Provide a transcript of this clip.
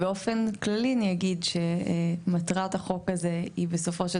אני אגיד שמטרת החוק הזה היא בסופו של